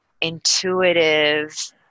intuitive